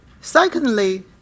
Secondly